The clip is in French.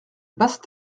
basse